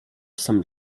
some